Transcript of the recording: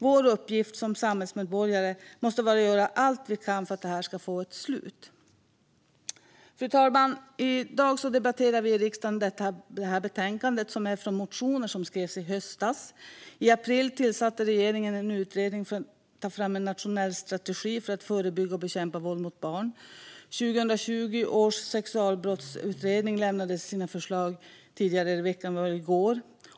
Vår uppgift som samhällsmedborgare måste vara att göra allt vi kan för att detta ska få ett slut. Fru talman! I dag debatterar vi i riksdagen ett betänkande där motioner som skrevs i höstas behandlas. I april tillsatte regeringen en utredning för att ta fram en nationell strategi för att förebygga och bekämpa våld mot barn. 2020 års sexualbrottsutredning lämnade sina förslag tidigare i veckan - jag tror att det var i går.